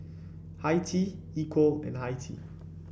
Hi Tea Equal and Hi Tea